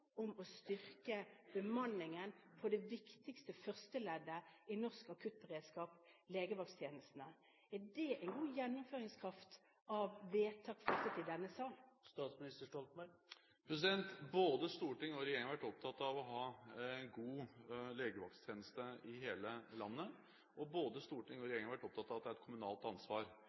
om å styrke bemanningen på det viktigste førsteleddet i norsk akuttberedskap, legevakttjenesten. Er det en god gjennomføringskraft når det gjelder vedtak fattet i denne sal? Både storting og regjering har vært opptatt av å ha god legevakttjeneste i hele landet, og både storting og regjering har vært opptatt av at det er et kommunalt ansvar.